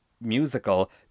musical